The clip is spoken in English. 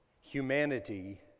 humanity